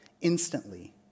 Instantly